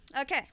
Okay